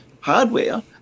hardware